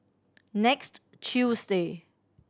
next Tuesday